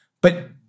But-